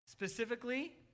Specifically